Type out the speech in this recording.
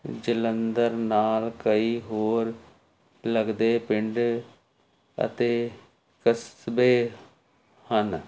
ਜਲੰਧਰ ਨਾਲ ਕਈ ਹੋਰ ਲੱਗਦੇ ਪਿੰਡ ਅਤੇ ਕਸਬੇ ਹਨ